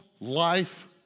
life